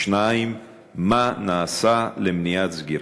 2. מה נעשה למניעת סגירתם?